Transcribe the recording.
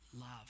love